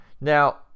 Now